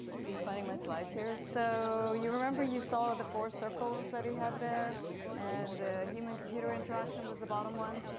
so you're finding my slides here. so you remember you saw the four circles that he had there and the human computer interaction was the bottom one.